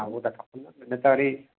उहो त खपंदो न न त वरी